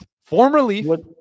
Formerly